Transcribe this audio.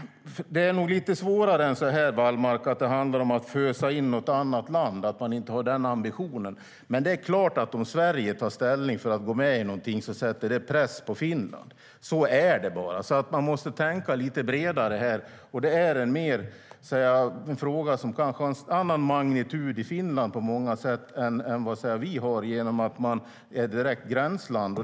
Det är nog lite svårare, Wallmark, än att det handlar om att inte ha ambitionen att fösa in något annat land i samarbetet. Men om Sverige tar ställning för att gå med i någonting sätter det press på Finland. Så är det bara. Man måste tänka lite bredare. Det är en fråga som har en annan magnitud i Finland än vad den har för oss i och med att Finland är ett direkt gränsland.